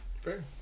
Fair